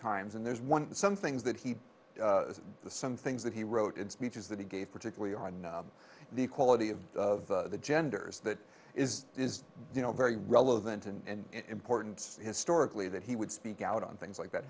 times and there's one some things that he is the some things that he wrote in speeches that he gave particularly on the equality of the genders that is is you know very relevant and important historically that he would speak out on things like that